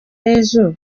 ejo